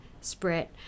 spread